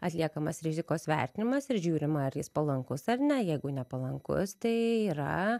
atliekamas rizikos vertinimas ir žiūrima ar jis palankus ar ne jeigu nepalankus tai yra